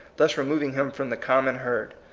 thus removing him from the common herd.